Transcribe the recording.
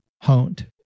honed